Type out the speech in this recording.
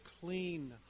clean